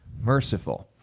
merciful